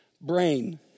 Brain